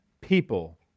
people